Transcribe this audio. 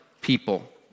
people